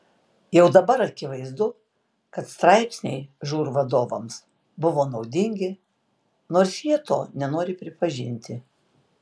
jau dabar akivaizdu kad straipsniai žūr vadovams buvo naudingi nors jie to nenori pripažinti